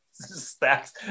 stacks